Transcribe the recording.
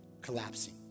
collapsing